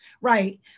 right